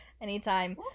Anytime